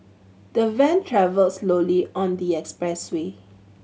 the van travelled slowly on the expressway